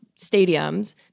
stadiums